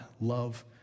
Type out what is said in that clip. love